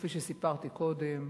כפי שסיפרתי קודם,